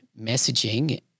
messaging